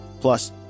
Plus